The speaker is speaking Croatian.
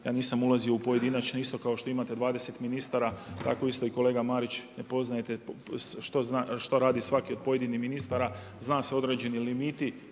Ja nisam ulazio u pojedinačne, isto kao što imate 20 ministara, tako isto kolega Marić, ne poznajete što radi svaki od pojedinih ministara. Zna se određeni limiti.